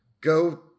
go